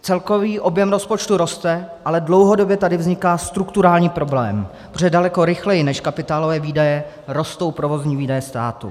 Celkový objem rozpočtu roste, ale dlouhodobě tady vzniká strukturální problém, protože daleko rychleji než kapitálové výdaje rostou provozní výdaje státu.